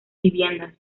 viviendas